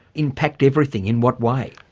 impact everything? in what way?